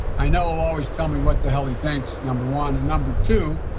i know he'll always tell me what the hell he thinks, number one, and, number two,